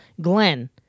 Glenn